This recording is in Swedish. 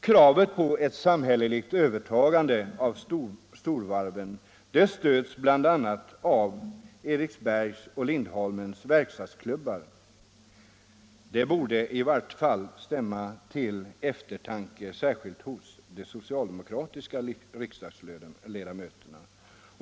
Kravet på ett samhällelligt övertagande av storvarven stöds av bl.a. Eriksbergs och Lindholmens verkstadsklubbar. Det borde i varje fall stämma till eftertanke, särskilt hos de socialdemokratiska riksdagsledamöterna.